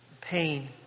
pain